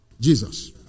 Jesus